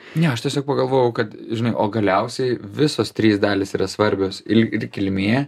ne aš tiesiog pagalvojau kad žinai o galiausiai visos trys dalys yra svarbios il ir kilmė